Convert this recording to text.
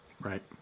Right